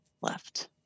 left